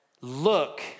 look